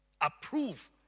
approve